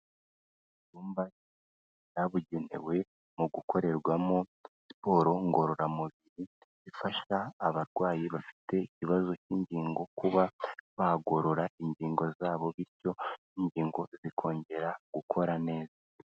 Icyumba cyabugenewe mu gukorerwamo siporo ngororamubiri, ifasha abarwayi bafite ikibazo cy'ingingo kuba bagorora ingingo zabo bityo ingingo zikongera gukora neza.